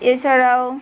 এছাড়াও